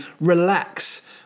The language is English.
relax